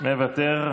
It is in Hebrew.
מוותר.